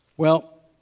well,